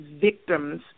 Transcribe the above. victims